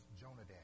Jonadab